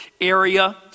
area